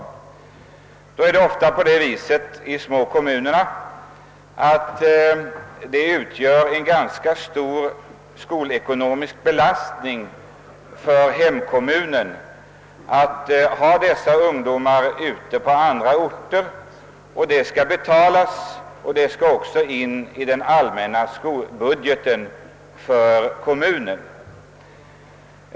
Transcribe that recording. Det utgör ofta en ganska stor skolekonomisk belastning för hemkommunen att ha dessa ungdomar ute på andra orter. Kostnaderna skall betalas, och de går in i den allmänna skolbudgeten för kommunen.